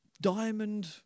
diamond